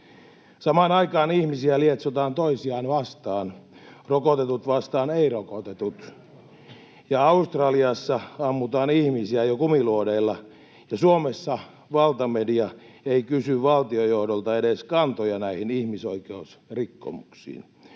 Samaan aikaan ihmisiä lietsotaan toisiaan vastaan, rokotetut vastaan ei-rokotetut, ja Australiassa ammutaan ihmisiä jo kumiluodeilla, ja Suomessa valtamedia ei kysy valtiojohdolta edes kantoja näihin ihmisoikeusrikkomuksiin.